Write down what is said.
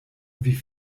wie